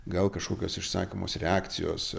gal kažkokios išsakomos reakcijos